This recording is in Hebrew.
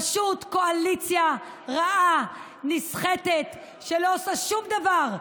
פשוט קואליציה רעה, נסחטת, שלא עושה שום דבר.